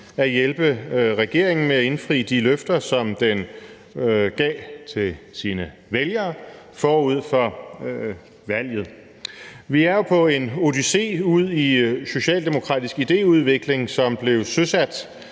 at hjælpe regeringen med at indfri de løfter, som den gav sine vælgere forud for valget. Vi er jo på en odyssé ud i socialdemokratisk idéudvikling, som blev søsat